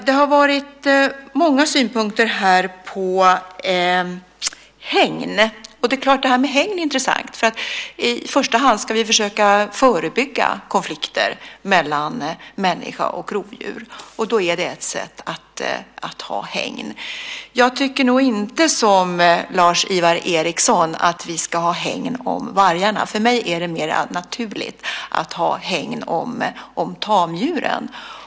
Det har här framförts många synpunkter på hägn, och frågan om hägn är intressant. I första hand ska vi försöka förebygga konflikter mellan människa och rovdjur. Och då är ett sätt att ha hägn. Jag tycker nog inte som Lars-Ivar Ericson att vi ska ha hägn för vargarna. För mig är det mer naturligt att ha hägn för tamdjur.